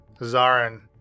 Zarin